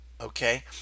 okay